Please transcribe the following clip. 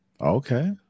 okay